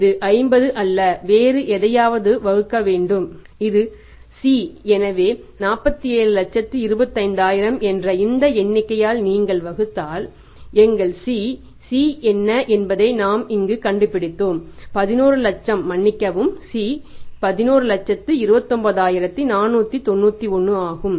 இது 50 அல்ல வேறு எதையாவது வகுக்க வேண்டியிருக்கும் இது C எனவே 4725000 என்ற இந்த எண்ணிக்கையால் நீங்கள் வகுத்தால் எங்கள் C C என்ன என்பதை நாம் இங்கு கண்டுபிடித்தோம் 11 லட்சம் மன்னிக்கவும் C 1129491 ஆகும்